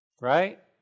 Right